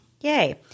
Yay